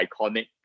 iconic